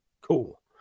Cool